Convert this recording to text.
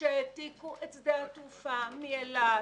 שכאשר העתיקו את שדה התעופה מאילת,